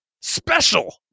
Special